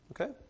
Okay